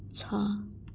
छ